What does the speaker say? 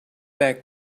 back